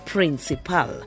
Principal